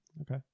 okay